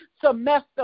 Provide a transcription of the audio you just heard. semester